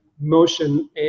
motion